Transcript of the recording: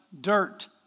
dirt